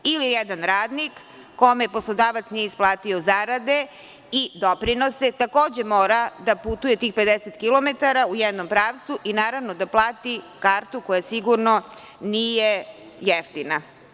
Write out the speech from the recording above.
Ili, jedan radnik, kome poslodavac nije isplatio zarade i doprinose, takođe mora da putuje tih 50 kilometara u jednom pravcu i, naravno, da plati kartu koja sigurno nije jeftina.